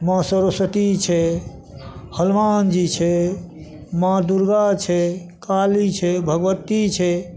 माँ सरस्वती छै हलुमान जी छै माँ दुर्गा छै काली छै भगबती छै